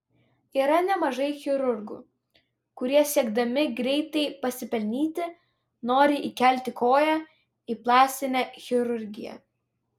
yra nemažai chirurgų kurie siekdami greitai pasipelnyti nori įkelti koją į plastinę chirurgiją